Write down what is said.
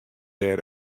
dêr